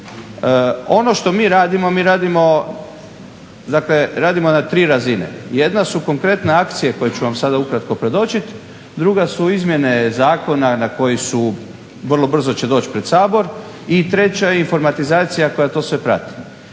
Ono što mi radimo, mi radimo na tri razine. Jedna su konkretna akcije koje ću vam sad ukratko predočiti, druga su izmjene zakona koji će vrlo brzo doći pred Sabor i treća je informatizacija koja sve to prati.